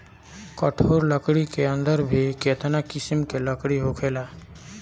कठोर लकड़ी के अंदर भी केतना किसिम के लकड़ी होखेला